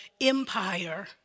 empire